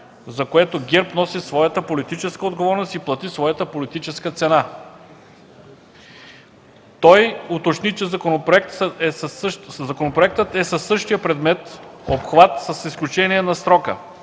за което ГЕРБ носи своята политическа отговорност и плати своята политическа вина. Той уточни, че законопроектът е със същия предмет и обхват, с изключение на срока